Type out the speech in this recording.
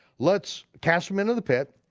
let's cast him into the pit,